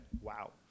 wow